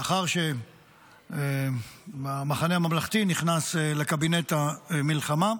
לאחר שהמחנה הממלכתי נכנס לקבינט המלחמה,